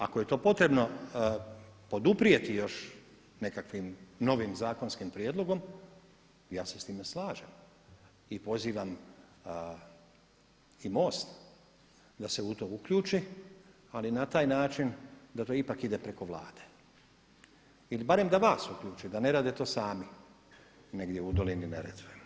Ako je to potrebno poduprijeti još nekakvim novim zakonskim prijedlogom ja se s time slažem i pozivam i MOST da se u to uključi, ali na taj način da to ipak ide preko Vlade ili barem da vas uključe, da ne rade to sami negdje u dolini Neretve.